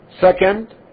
Second